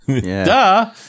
Duh